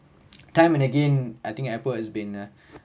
time and again I think apple has been a